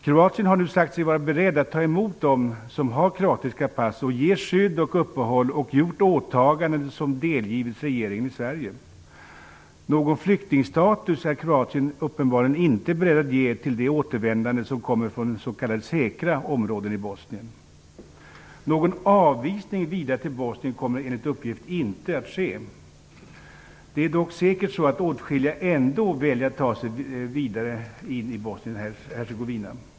Kroatien har nu sagt sig vara berett att ta emot dem som har kroatiska pass och ge skydd och uppehåll, och man har gjort åtaganden som delgivits regeringen i Sverige. Någon flyktingstatus är Kroatien uppenbarligen inte beredd att ge de återvändande som kommer från s.k. säkra områden i Bosnien. Någon avvisning vidare till Bosnien kommer enligt uppgift inte att ske. Det är dock säkert så att åtskilliga ändå väljer att ta sig vidare in i Bosnien-Hercegovina.